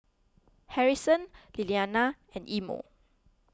Harrison Lilliana and Imo